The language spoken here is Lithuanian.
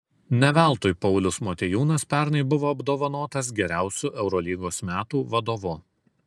ne veltui paulius motiejūnas pernai buvo apdovanotas geriausiu eurolygos metų vadovu